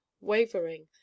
wavering